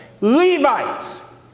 Levites